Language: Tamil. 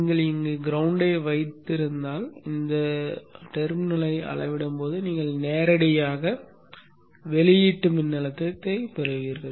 நீங்கள் இங்கு கிரௌண்ட்ஐ வைத்திருந்தால் இந்த முனையை அளவிடும் போது நீங்கள் நேரடியாக வெளியீட்டு மின்னழுத்தத்தைப் பெறுவீர்கள்